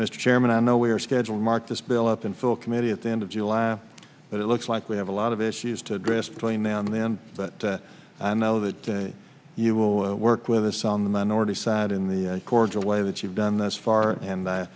mr chairman i know we are schedule mark this bill up in full committee at the end of july but it looks like we have a lot of issues to address clean now and then but i know that you will work with us on the minority side in the cordial way that you've done this far and i